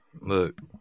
Look